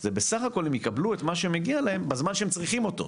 זה בסך הכול הם יקבלו את מה שמגיע להם בזמן שהם צריכים אותו,